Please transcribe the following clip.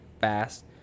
fast